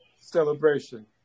celebration